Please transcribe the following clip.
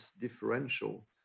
differential